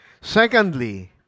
Secondly